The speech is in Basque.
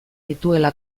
dituela